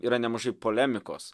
yra nemažai polemikos